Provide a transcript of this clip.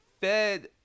fed